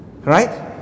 Right